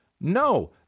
No